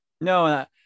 No